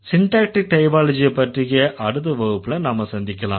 syntactic டைப்பாலஜியப்பற்றிய அடுத்த வகுப்புல நாம சந்திக்கலாம்